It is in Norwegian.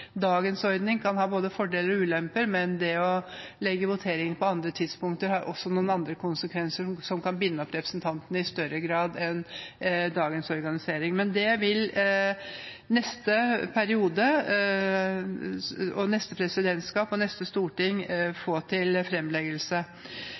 dagens ordning kan ha både fordeler og ulemper, men det å legge voteringene til andre tidspunkter har også noen konsekvenser som kan binde opp representantene i større grad enn dagens organisering. Det vil neste periode, neste presidentskap og neste storting